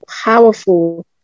powerful